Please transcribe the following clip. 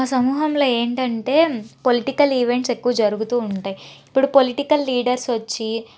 మా సమూహంలో ఏంటంటే పొలిటికల్ ఈవెంట్స్ ఎక్కువ జరుగుతూ ఉంటాయి ఇప్పుడు పొలిటికల్ లీడర్స్ వచ్చి